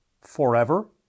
forever